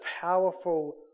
powerful